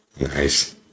Nice